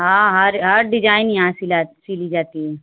हाँ हर हर डिजाइन यहाँ सिला सिली जाती है